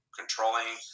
controlling